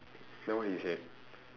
then what did he say